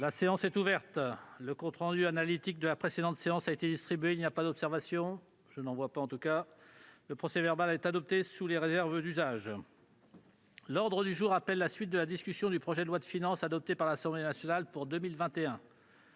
La séance est ouverte. Le compte rendu analytique de la précédente séance a été distribué. Il n'y a pas d'observation ?... Le procès-verbal est adopté sous les réserves d'usage. L'ordre du jour appelle la suite de la discussion du projet de loi de finances pour 2021, adopté par l'Assemblée nationale (projet